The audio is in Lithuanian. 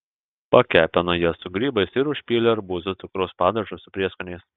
pakepino jas su grybais ir užpylė arbūzų cukraus padažu su prieskoniais